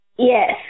Yes